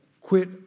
Quit